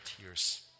tears